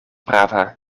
prava